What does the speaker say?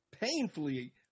Painfully